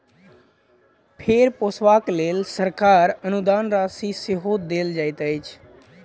भेंड़ पोसबाक लेल सरकार अनुदान राशि सेहो देल जाइत छै